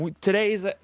today's